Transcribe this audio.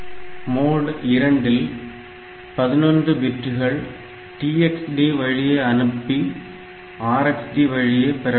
mode 2 இல் 11 பிட்கள் TxD வழியே அனுப்பி RxD வழியே பெறப்படுகிறது